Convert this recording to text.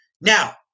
now